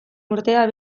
urtean